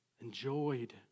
enjoyed